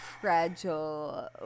fragile